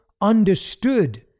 understood